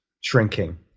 shrinking